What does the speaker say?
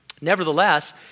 Nevertheless